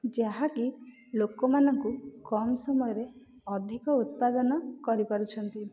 ଯାହାକି ଲୋକମାନଙ୍କୁ କମ୍ ସମୟରେ ଅଧିକ ଉତ୍ପାଦନ କରିପାରୁଛନ୍ତି